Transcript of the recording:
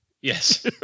Yes